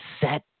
set